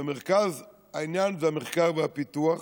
במרכז העניין זה המחקר והפיתוח,